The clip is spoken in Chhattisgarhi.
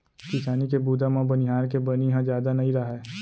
किसानी के बूता म बनिहार के बनी ह जादा नइ राहय